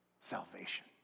salvation